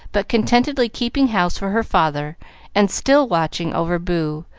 but contentedly keeping house for her father and still watching over boo,